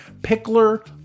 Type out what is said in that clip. Pickler